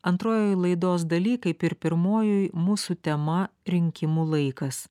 antrojoj laidos daly kaip ir pirmojoj mūsų tema rinkimų laikas